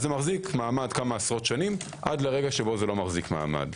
אז זה מחזיק מעמד כמה עשרות שנים עד לרגע שלא מחזיק מעמד.